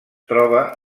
troba